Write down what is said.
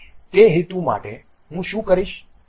તેથી તે હેતુ માટે હું શું કરીશ